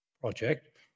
project